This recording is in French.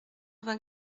vingt